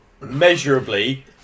measurably